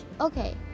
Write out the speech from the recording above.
okay